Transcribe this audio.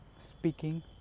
speaking